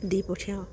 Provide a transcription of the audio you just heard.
দি পঠিয়াও